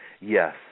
Yes